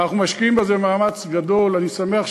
אנחנו משקיעים בזה מאמץ גדול,